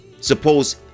Suppose